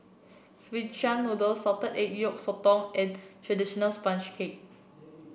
Szechuan Noodle Salted Egg Yolk Sotong and traditional sponge cake